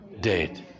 dead